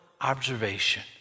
observation